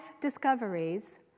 discoveries